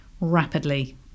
rapidly